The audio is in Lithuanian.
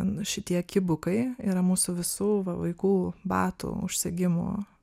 nu šitie kibukai yra mūsų visų va vaikų batų užsegimų